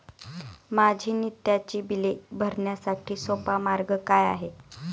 माझी नित्याची बिले भरण्यासाठी सोपा मार्ग काय आहे?